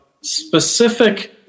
specific